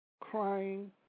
crying